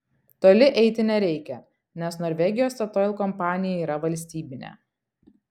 toli eiti nereikia nes norvegijos statoil kompanija yra valstybinė